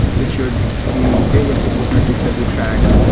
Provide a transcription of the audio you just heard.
which should be various business metrics that we track.